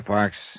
Parks